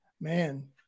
man